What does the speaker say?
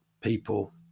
people